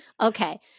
Okay